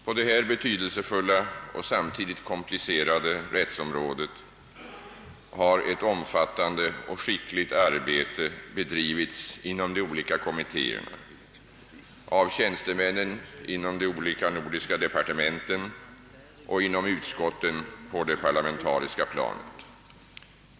På detta betydelsefulla och samtidigt komplicerade rättsområde har ett omfattande och skickligt arbete bedrivits inom de olika kommittéerna av tjänstemännen inom departementen och inom utskotten på det parlamentariska planet.